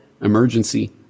emergency